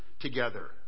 together